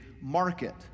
market